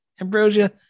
ambrosia